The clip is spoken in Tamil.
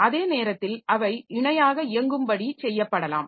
அதே நேரத்தில் அவை இணையாக இயங்கும்படி செய்யப்படலாம்